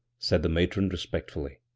said the matron, respectfully,